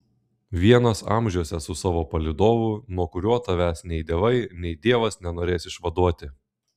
vienas amžiuose su savo palydovu nuo kurio tavęs nei dievai nei dievas nenorės išvaduoti